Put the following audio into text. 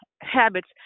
habits